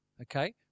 Okay